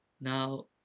now